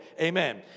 Amen